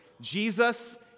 Jesus